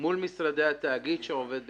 מול משרדי התאגיד שעובד בשבת?